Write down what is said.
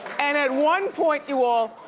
and at one point, you all,